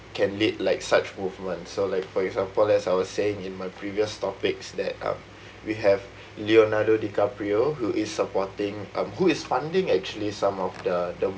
can lead like such movement so like for example as I was saying in my previous topics that uh we have leonardo dicaprio who is supporting um who is funding actually some of the the